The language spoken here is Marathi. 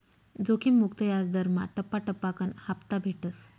जोखिम मुक्त याजदरमा टप्पा टप्पाकन हापता भेटस